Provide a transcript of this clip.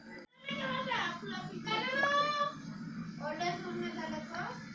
कर्ज वापस करतांनी माया खात्यातून जास्तीचे पैसे काटल्या जाईन का?